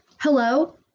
Hello